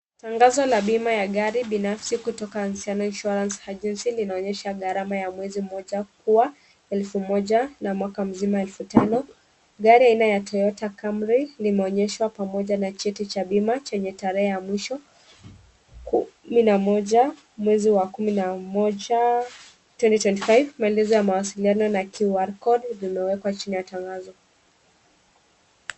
Tangazo la bima ya gari binafsi kutoka Ansano Insurance Agency linaonyesha gharama ya mwezi mmoja kuwa elfu moja na mwaka mzima elfu tano. Gari aina ya Toyota Camry limeonyeshwa pamoja na cheti cha bima chenye tarehe ya mwisho kumi na moja, mwezi wa kumi na moja twenty twenty five . Maelezo ya mawasiliano na QR code vimewekwa chini ya tangazo.